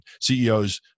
CEOs